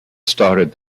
started